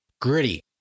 Gritty